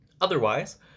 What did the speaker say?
Otherwise